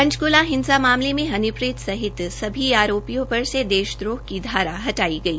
पंचकूला हिंसा मामले में हनीप्रीत सहित सभी आरोपियों पर से देशद्रोह की धारा हटाई गई